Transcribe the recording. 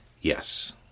Yes